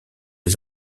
les